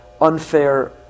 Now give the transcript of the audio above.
unfair